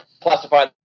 classify